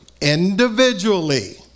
individually